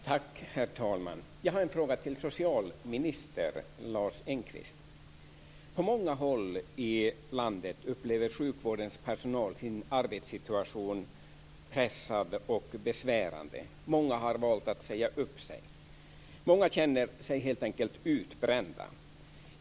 Herr talman! Jag har en fråga till socialminister Lars Engqvist. På många håll i landet upplever sjukvårdens personal sin arbetssituation som pressad och besvärande. Många har valt att säga upp sig. Många känner sig helt enkelt utbrända.